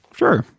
sure